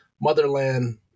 motherland